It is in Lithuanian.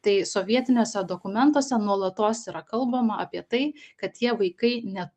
tai sovietiniuose dokumentuose nuolatos yra kalbama apie tai kad tie vaikai ne